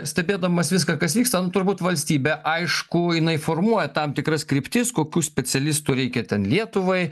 stebėdamas viską kas vyksta nu turbūt valstybė aišku jinai formuoja tam tikras kryptis kokių specialistų reikia ten lietuvai